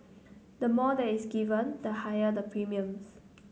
the more that is given the higher the premiums